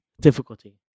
difficulty